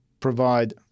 provide